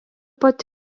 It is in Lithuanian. pat